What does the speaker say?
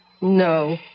No